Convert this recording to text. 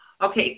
okay